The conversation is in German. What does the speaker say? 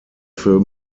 für